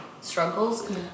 struggles